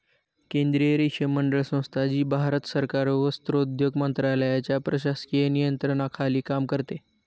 केंद्रीय रेशीम मंडळ संस्था, जी भारत सरकार वस्त्रोद्योग मंत्रालयाच्या प्रशासकीय नियंत्रणाखाली काम करते